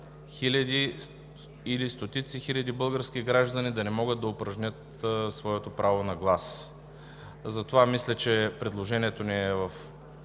хиляди или стотици хиляди български граждани да не могат да упражнят своето право на глас. Мисля, че предложението ни е